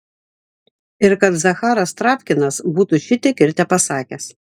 ir kad zacharas travkinas būtų šitiek ir tepasakęs